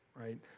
right